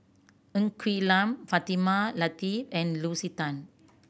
Ng Quee Lam Fatimah Lateef and Lucy Tan